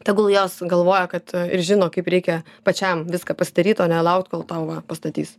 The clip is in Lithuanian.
tegul jos galvoja kad ir žino kaip reikia pačiam viską pasidaryt o nelaukt kol tau va pastatys